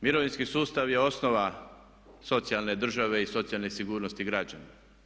Mirovinski sustav je osnova socijalne države i socijalne sigurnosti građana.